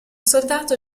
soldato